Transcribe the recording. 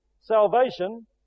salvation